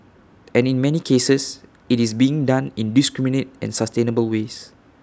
and in many cases IT is being done in indiscriminate and sustainable ways